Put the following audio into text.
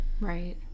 right